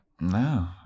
No